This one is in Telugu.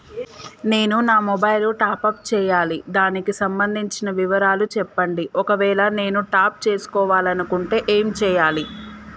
నేను నా మొబైలు టాప్ అప్ చేయాలి దానికి సంబంధించిన వివరాలు చెప్పండి ఒకవేళ నేను టాప్ చేసుకోవాలనుకుంటే ఏం చేయాలి?